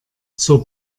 zur